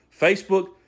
Facebook